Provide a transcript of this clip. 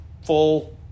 Full